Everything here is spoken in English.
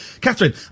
Catherine